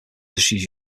industries